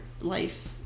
life